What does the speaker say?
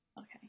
Okay